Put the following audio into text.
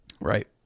Right